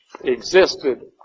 existed